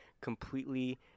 completely